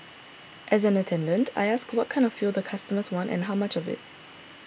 as an attendant I ask what kind of fuel the customers want and how much of it